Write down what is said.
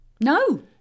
No